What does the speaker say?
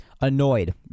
Annoyed